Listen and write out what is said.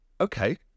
Okay